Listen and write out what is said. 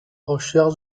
recherche